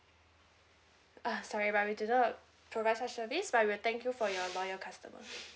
uh sorry but we do not provide such service but we thank you for your loyal customer